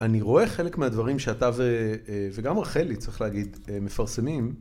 אני רואה חלק מהדברים שאתה וגם רחלי, צריך להגיד, מפרסמים.